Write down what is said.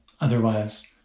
otherwise